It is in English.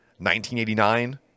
1989